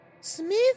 Smith